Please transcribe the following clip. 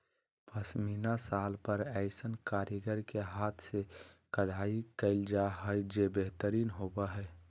पश्मीना शाल पर ऐसन कारीगर के हाथ से कढ़ाई कयल जा हइ जे बेहतरीन होबा हइ